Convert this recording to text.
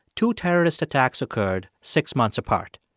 two terrorist attacks occurred six months apart.